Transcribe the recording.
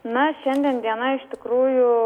na šiandien diena iš tikrųjų